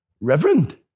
reverend